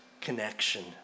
connection